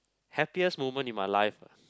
happiest moment in my life ah